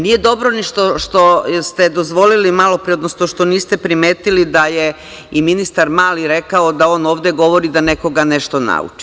Nije dobro to što ste dozvolili malopre, odnosno što niste primetili da je i ministar Mali rekao da on ovde govori da nekoga nešto nauči.